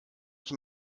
ich